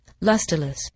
lustreless